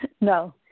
no